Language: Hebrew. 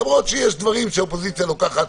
למרות שיש דברים שהאופוזיציה לוקחת